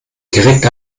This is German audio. direkt